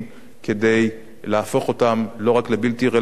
כדי להפוך אותן לא רק לבלתי רלוונטיות,